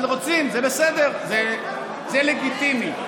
אבל רוצים, זה בסדר, זה לגיטימי.